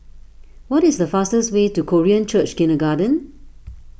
what is the fastest way to Korean Church Kindergarten